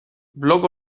blog